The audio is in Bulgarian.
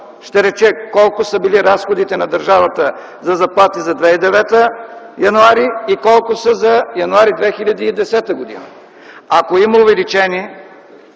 Ще рече колко са били разходите на държавата за заплати януари 2009 г. и колко са за януари 2010 г. Ако има увеличение,